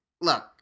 look